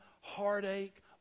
heartache